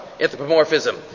anthropomorphism